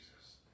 Jesus